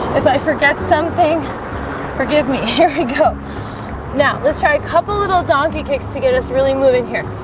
if i forget something forgive me. here we go now, let's try couple little donkey kicks to get us really moving here.